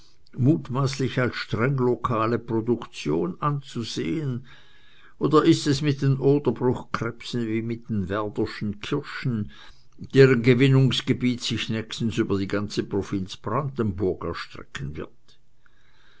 mutmaßlich als streng lokale produktion anzusehen oder ist es mit den oderbruchkrebsen wie mit den werderschen kirschen deren gewinnungsgebiet sich nächstens über die ganze provinz brandenburg erstrecken wird